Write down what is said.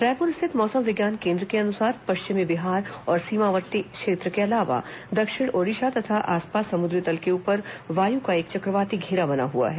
रायपुर स्थित मौसम विज्ञान केंद्र के अनुसार पश्चिमी बिहार और समीपवर्ती क्षेत्र के अलावा दक्षिण ओडिशा तथा आसपास समुद्री तल के ऊ पर वायु का एक च क्र वाती घेरा बना हुआ है